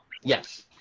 yes